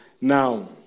Now